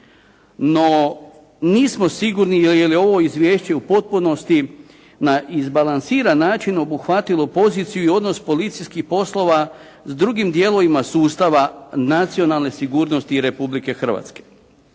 No nismo sigurni je li ovo izvješće u potpunosti na izbalansiran način obuhvatilo poziciju i odnos policijskih poslova s drugim dijelovima sustava nacionalne sigurnosti Republike Hrvatske.